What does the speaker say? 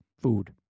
food